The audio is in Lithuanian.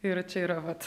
ir čia yra vat